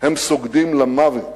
הם סוגדים למוות,